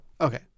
Okay